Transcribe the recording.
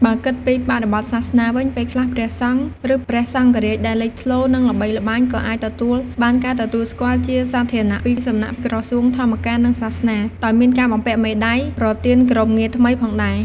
បើគិតពីបរិបទសាសនាវិញ ពេលខ្លះព្រះសង្ឃ ឬ ព្រះសង្ឃរាជដែលលេចធ្លោ និងល្បីល្បាញក៏អាចទទួលបានការទទួលស្គាល់ជាសាធារណៈពីសំណាក់ក្រសួងធម្មការនិងសាសនា ដោយមានការបំពាក់មេដាយ ប្រទានគោរពងារថ្មីផងដែរ។